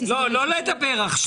ליועצים פנסיוניים בעניין התקשרות".